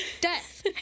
death